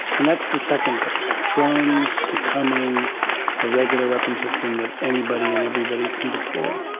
and that's the second thing drones becoming a regular weapons system that anybody and everybody can deploy.